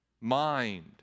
mind